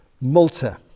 Malta